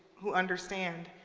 who understand,